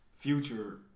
Future